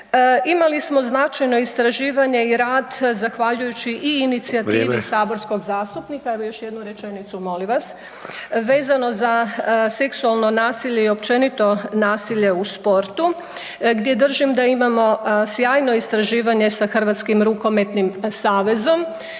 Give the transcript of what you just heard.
Imali smo značajno istraživanje i rad zahvaljujući i inicijativi …/Upadica: Vrijeme/…saborskog zastupnika, evo još jednu rečenicu molim vas, vezano za seksualno nasilje i općenito nasilje u sportu gdje držim da imamo sjajno istraživanje sa Hrvatskim rukometnim savezom